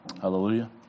Hallelujah